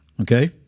Okay